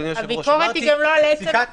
אדוני היושב-ראש -- הביקורת היא גם לא על עצם החוק.